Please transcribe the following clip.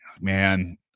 man